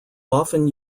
often